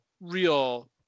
real